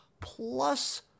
plus